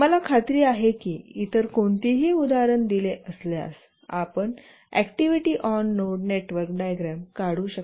मला खात्री आहे की इतर कोणतीही उदाहरण दिले असल्यास आपण activity on node network diagram काढू शकता